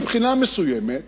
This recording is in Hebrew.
מבחינה מסוימת,